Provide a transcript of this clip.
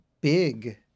big